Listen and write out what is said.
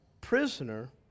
prisoner